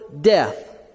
death